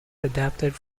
adapted